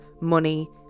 money